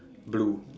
blue